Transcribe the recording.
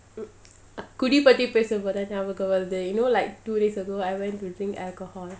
குடிபத்திபேசும்போதுதான்நியாபகம்வருது:kudi paththi pesumpothuthan niyabagam varuthu you know like two days ago I went to drink alcohol